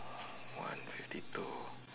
one fifty two